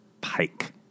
Pike